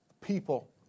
people